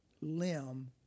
limb